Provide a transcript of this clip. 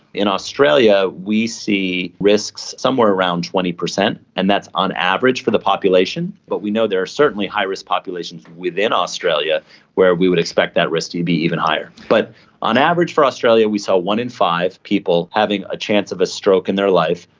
in australia, we see risks somewhere around twenty percent and that's on average for the population, but we know there are certainly high risk populations within australia where we would expect that risk to be even higher. but on average for australia we saw one in five people having a chance of a stroke in their life.